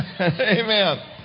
Amen